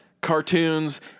cartoons